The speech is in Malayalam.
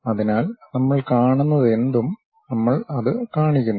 അതിനാൽ നമ്മൾ കാണുന്നതെന്തും നമ്മൾ അത് കാണിക്കുന്നു